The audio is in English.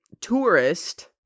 tourist